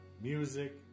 Music